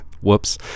whoops